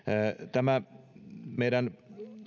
tämä meidän